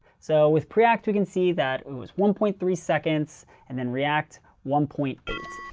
so with preact, we can see that it was one point three seconds and then react, one point eight.